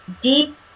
deep